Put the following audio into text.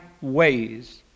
ways